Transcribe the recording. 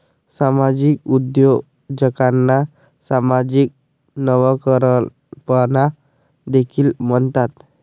सामाजिक उद्योजकांना सामाजिक नवकल्पना देखील म्हणतात